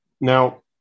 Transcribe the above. Now